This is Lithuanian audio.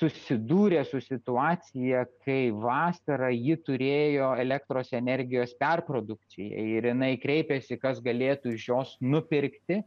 susidūrė su situacija kai vasarą ji turėjo elektros energijos perprodukciją ir jinai kreipėsi kas galėtų iš jos nupirkti